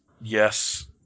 yes